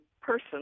person